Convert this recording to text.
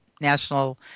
national